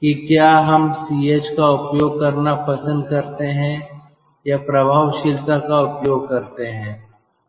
कि क्या हम Ch का उपयोग करना पसंद करते हैं या प्रभावशीलता का उपयोग करते हैं